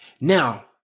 Now